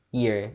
year